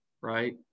right